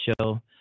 show